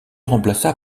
remplaça